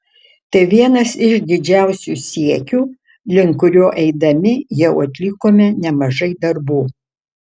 tai vienas iš didžiausių siekių link kurio eidami jau atlikome nemažai darbų